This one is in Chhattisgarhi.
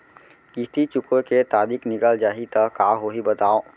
किस्ती चुकोय के तारीक निकल जाही त का होही बताव?